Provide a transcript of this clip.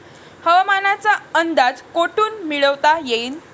हवामानाचा अंदाज कोठून मिळवता येईन?